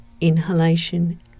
inhalation